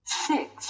six